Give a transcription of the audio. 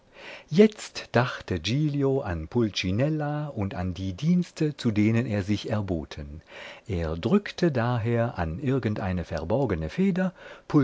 jetzt dachte giglio an pulcinella und an die dienste zu denen er sich erboten er drückte daher an irgendeine verborgene feder